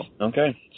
Okay